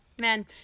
Man